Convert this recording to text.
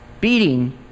beating